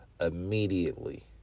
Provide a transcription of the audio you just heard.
immediately